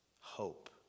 hope